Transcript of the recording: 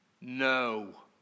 no